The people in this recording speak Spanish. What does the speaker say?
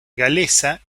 galesa